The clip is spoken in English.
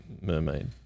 mermaid